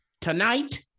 tonight